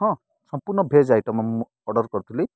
ହଁ ସମ୍ପୂର୍ଣ୍ଣ veg item ମୁଁ ଅର୍ଡ଼ର କରିଥିଲି